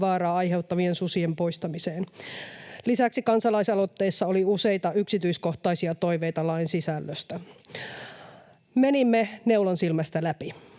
vaaraa aiheuttavien susien poistamiseen. Lisäksi kansalaisaloitteessa oli useita yksityiskohtaisia toiveita lain sisällöstä. Menimme neulansilmästä läpi.